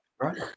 right